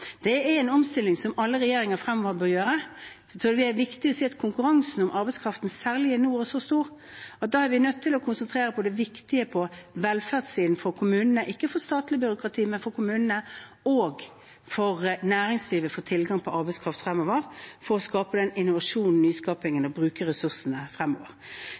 Det er en omstilling alle regjeringer fremover bør gjøre. Jeg tror det er viktig å si at konkurransen om arbeidskraften, særlig i nord, er så stor at da er vi nødt til å konsentrere oss om det viktige på velferdssiden for kommunene – ikke for statlig byråkrati, men for kommunene – og for næringslivet, slik at de får tilgang på arbeidskraft fremover, for å skape innovasjon